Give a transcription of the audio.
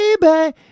Baby